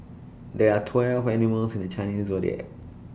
there are twelve animals in the Chinese Zodiac